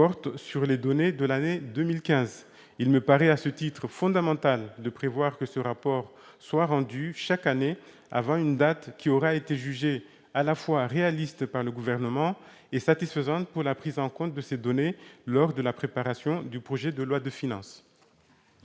sur les données de l'année 2015. Il me paraît, à ce titre, fondamental de prévoir que ce rapport soit rendu chaque année avant une date qui aura été jugée à la fois réaliste par le Gouvernement et satisfaisante pour la prise en compte de ces données lors de la préparation du projet de loi de finances.